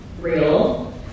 real